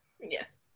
Yes